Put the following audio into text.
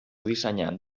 dissenyant